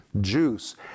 juice